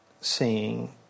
seeing